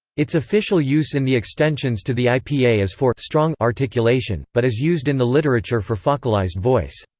its official use in the extensions to the ipa is for strong articulation, but is used in the literature for faucalized voice.